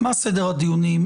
מה סדר הדיונים?